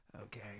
Okay